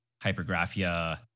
hypergraphia